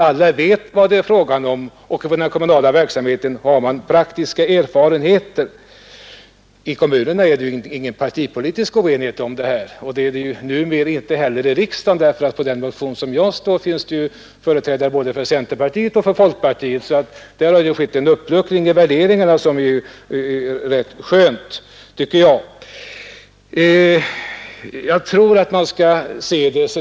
Alla vet vad det är fråga om, och inom den kommunala verksamheten, där man har praktiska erfarenheter, råder det ingen partipolitisk oenighet. Det gör det ju numer inte heller i riksdagen. På den motion som jag står på finns det företrädare för både centerpartiet och folkpartiet. Här har alltså skett en uppluckring i värderingarna, och det tycker jag är rätt skönt.